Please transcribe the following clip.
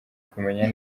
kumenya